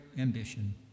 ambition